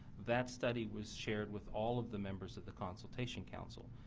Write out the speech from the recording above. that study was shared with all of the members of the consultation council.